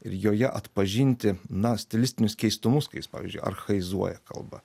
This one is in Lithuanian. ir joje atpažinti na stilistinius keistumus kai jis pavyzdžiui archajizuoja kalbą